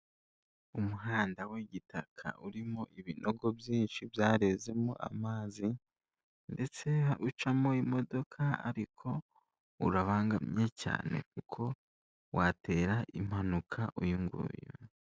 Umuhanda w'igitaka urimo ibinogo byinshi byarezemo amazi ndetse ucamo imodoka ariko urabangamye cyane kuko watera impanuka uyu nguyu.